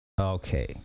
Okay